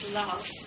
love